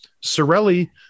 Sorelli